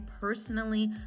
personally